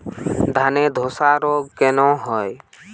ধানে ধসা রোগ কেন হয়?